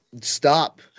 stop